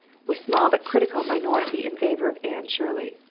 with small but critical minority in favor of anne shirley.